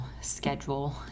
schedule